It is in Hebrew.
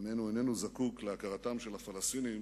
העם איננו זקוק להכרתם של הפלסטינים